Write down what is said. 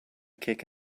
kick